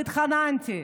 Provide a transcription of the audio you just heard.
התחננתי.